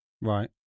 right